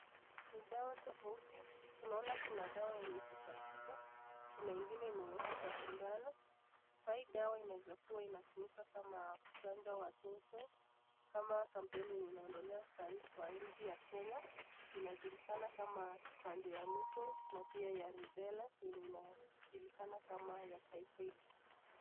Ni dawa tofauti tunaona kuna dawa yenye iko kwa chupa, kuna ngine yenye imewekwa kwa sindano, kwa hii dawa inaweza tumika kama kujanja watoto ama kampeini yenye inaendelea sahii kwa nchi ya Kenya, inajulikana kama chanjo ya measles na pia ya rubella yenye inajulikana kama ya typhoid.